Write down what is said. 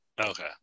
Okay